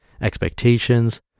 expectations